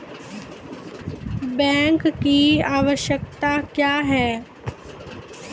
Bank की आवश्यकता क्या हैं?